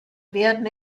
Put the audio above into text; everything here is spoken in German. werden